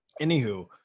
Anywho